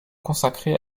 consacrées